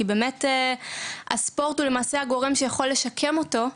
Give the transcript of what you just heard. כי באמת הספורט הוא למעשה הגורם שיכול לשקם אותו,